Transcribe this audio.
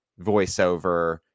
voiceover